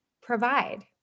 provide